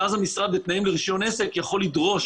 ואז המשרד בתנאים לרישיון עסק יכול לדרוש